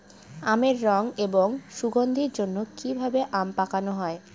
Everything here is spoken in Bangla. আমের রং এবং সুগন্ধির জন্য কি ভাবে আম পাকানো হয়?